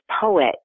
poet